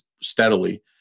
Steadily